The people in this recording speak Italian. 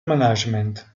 management